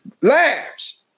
labs